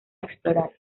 explorar